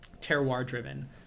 terroir-driven